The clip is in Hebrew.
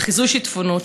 לחיזוי שיטפונות,